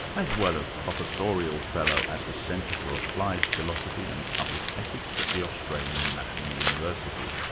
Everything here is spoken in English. as well as professorial fellow at the centre for applied philosophy and public ethics at the australian national university.